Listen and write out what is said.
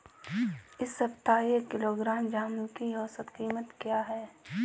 इस सप्ताह एक किलोग्राम जामुन की औसत कीमत क्या है?